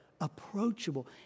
approachable